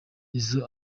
izzo